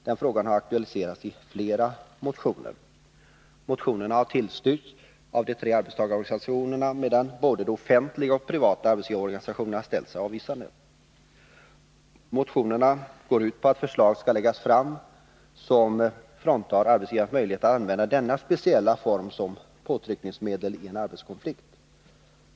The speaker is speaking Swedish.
Den frågan har aktualiserats i flera motioner. Dessa har tillstyrkts av de tre arbetstagarorganisationerna, medan både de offentliga och de privata arbetsgivarorganisationerna ställt sig avvisande. Motionerna går ut på att förslag skall läggas fram som fråntar arbetsgivarna möjlighet att använda denna speciella form av påtryckningsmedel i en arbetskonflikt.